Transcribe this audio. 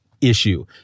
issue